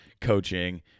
coaching